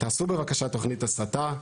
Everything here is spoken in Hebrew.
תעשו בבקשה תוכנית הסתה,